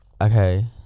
Okay